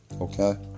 Okay